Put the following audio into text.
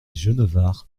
genevard